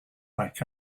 like